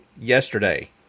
yesterday